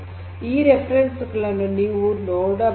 ಈ ಉಲ್ಲೇಖಗಳನ್ನು ನೀವು ನೋಡಬಹುದು